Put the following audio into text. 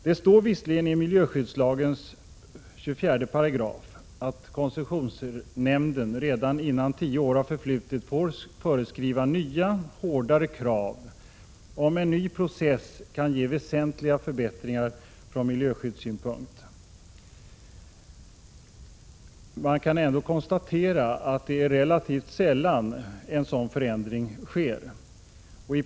Det står visserligen i 24 § miljöskyddslagen att koncessionsnämnden redan innan tio år har förflutit får föreskriva hårdare krav, om en ny process kan ge väsentliga förbättringar från miljöskyddssynpunkt. Man kan ändå konstatera att det är relativt sällan en sådan förändring sker.